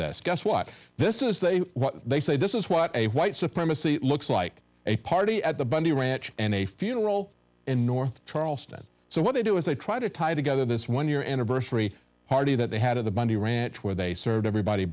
guess what this is they they say this is what a white supremacy looks like a party at the bundy ranch and a funeral in north charleston so what they do is they try to tie together this one year anniversary party that they had of the bundy ranch where they served everybody